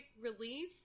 relief